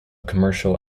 commercial